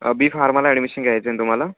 बी फार्माला ॲडमिशन घ्यायचं आहे ना तुम्हाला